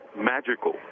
magical